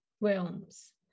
realms